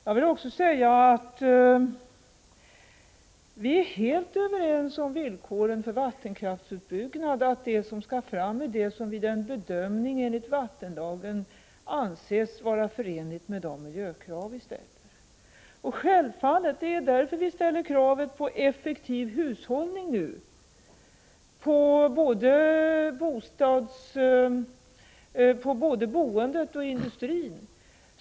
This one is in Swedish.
Jag vill också säga att vi är helt överens om villkoren för vattenkraftsutbyggnaden. Det som skall fram är det som vid en bedömning enligt vattenlagen kan anses vara förenligt med de miljökrav vi ställer. Självfallet ställer vi därför kravet på effektiv hushållning både inom boendet och i industrin.